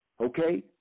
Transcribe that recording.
okay